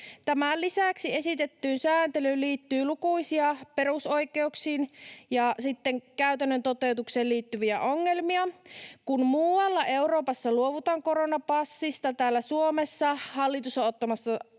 Tämän lisäksi esitettyyn sääntelyyn liittyy lukuisia perusoikeuksiin ja käytännön toteutukseen liittyviä ongelmia. Kun muualla Euroopassa luovutaan koronapassista, täällä Suomessa hallitus on ottamassa